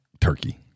turkey